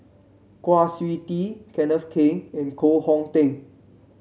Kwa Siew Tee Kenneth Keng and Koh Hong Teng